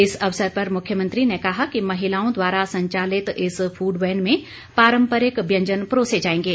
इस अवसर पर मुख्यमंत्री ने कहा कि महिलाओं द्वारा संचालित इस फूड वैन में पारंपरिक व्यंजन परोसे जाएंगे